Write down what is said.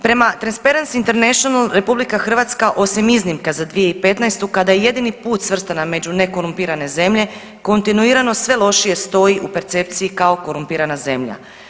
Prema Transparency international RH osim iznimka za 2015. kada je jedini put svrstana među nekorumpirane zemlje kontinuirano sve lošije stoji u percepciji kao korumpirana zemlja.